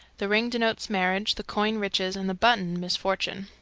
the ring denotes marriage, the coin riches, and the button misfortune.